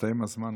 הסתיים הזמן.